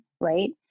right